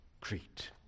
Crete